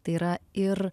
tai yra ir